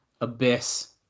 Abyss